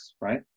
right